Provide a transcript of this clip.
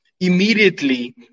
immediately